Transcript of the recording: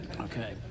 Okay